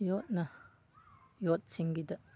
ꯌꯣꯠꯅ ꯌꯣꯠꯁꯤꯡꯒꯤꯗ